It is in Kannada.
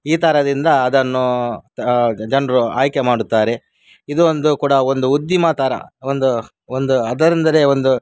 ಈ ಥರದಿಂದ ಅದನ್ನು ಜನರು ಆಯ್ಕೆ ಮಾಡುತ್ತಾರೆ ಇದು ಒಂದು ಕೂಡ ಒಂದು ಉದ್ದಿಮೆ ಥರ ಒಂದು ಒಂದು ಅದರಿಂದಲೇ ಒಂದು